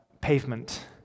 pavement